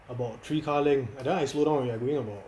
about three car length that [one] I slow down already I going about